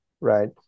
right